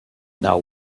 now